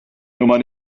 nummer